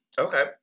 Okay